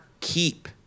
keep